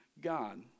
God